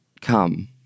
come